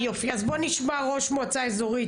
נשמע את ראש מועצה אזורית